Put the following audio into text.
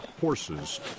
horses